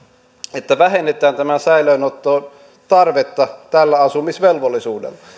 että vähennetään tätä säilöönottotarvetta tällä asumisvelvollisuudella